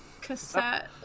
cassette